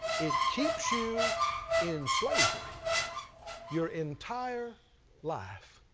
it keeps you in slavery your entire life.